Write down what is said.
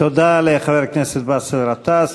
תודה לחבר הכנסת באסל גטאס.